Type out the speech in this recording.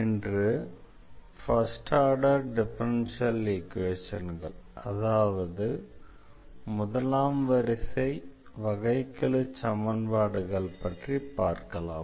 இன்று first order differential ஈக்வேஷன்கள் பற்றி பார்க்கலாம்